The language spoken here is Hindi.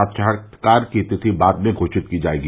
साक्षात्कार की तिथि बाद में घोषित की जायेगी